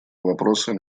вопроса